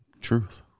truth